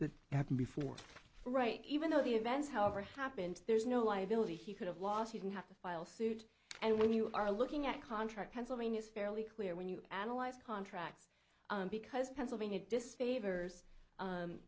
that happened before right even though the events however happened there's no liability he could have lost you can have to file suit and when you are looking at contract pennsylvania is fairly clear when you analyze contracts because pennsylvania disfavors